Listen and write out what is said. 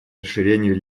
расширению